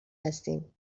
هستیم